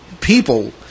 people